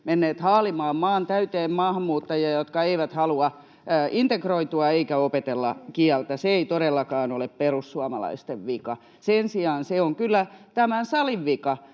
menneet haalimaan maan täyteen maahanmuuttajia, jotka eivät halua integroitua eivätkä opetella kieltä. Se ei todellakaan ole perussuomalaisten vika. Sen sijaan se on kyllä tämän salin vika